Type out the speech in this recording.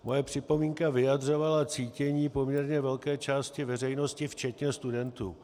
Moje připomínka vyjadřovala cítění poměrně velké části veřejnosti, včetně studentů.